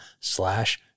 slash